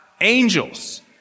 angels